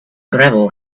gravel